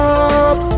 up